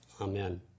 amen